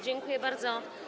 Dziękuje bardzo.